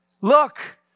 Look